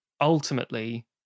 ultimately